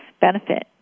benefit